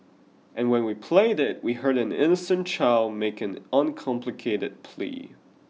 and when we played it we heard an innocent child make an uncomplicated plea